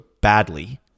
badly